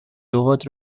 لغات